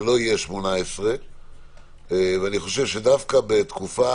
זה לא יהיה 18. אני חושב שדווקא בתקופה